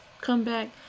comeback